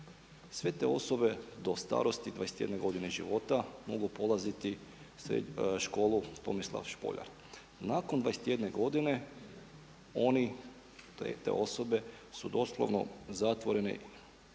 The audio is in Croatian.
Sve te osobe do starosti 21 godine života mogu polaziti školu Tomislav Špoljar. Nakon 21 godine oni, te osobe su doslovno zatvorene